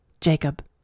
Jacob